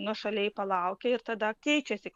nuošaliai palaukia ir tada keičiasi